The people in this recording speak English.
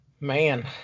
Man